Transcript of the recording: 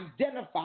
identify